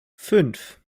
fünf